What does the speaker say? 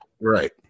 Right